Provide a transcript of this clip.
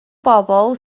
bobl